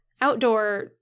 outdoor